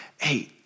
hey